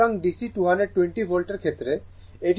সুতরাং DC 220 ভোল্টের ক্ষেত্রে এটি শুধুমাত্র 220 ভোল্ট